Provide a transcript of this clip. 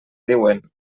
diuen